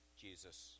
Jesus